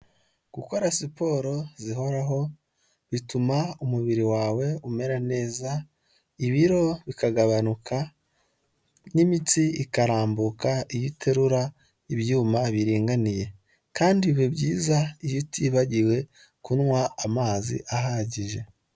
Gukora siporo zihoraho bituma umubiri wawe umera neza, ibiro bikagabanuka n'imitsi ikarambuka iyo iterura ibyuma biringaniye, kandi biba byiza iyo utibagiwe kunywa amazi ahagije.